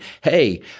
Hey